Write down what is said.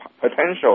potential